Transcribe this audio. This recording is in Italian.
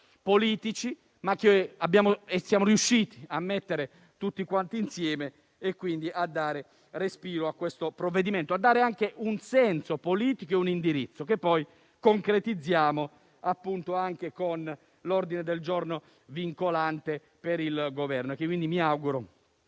politici, che siamo riusciti a mettere insieme per dare respiro a questo provvedimento e dare anche un senso politico e un indirizzo, che poi concretizziamo anche con l'ordine del giorno vincolante per il Governo, che mi auguro